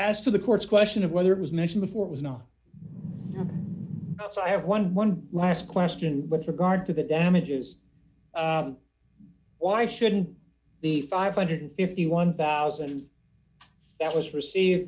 the court's question of whether it was mentioned before it was not so i have eleven last question with regard to the damages why shouldn't the five hundred and fifty one thousand that was received